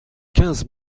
quinze